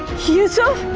yusuf.